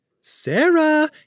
Sarah